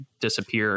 disappear